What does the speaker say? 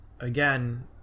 again